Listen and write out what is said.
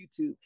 YouTube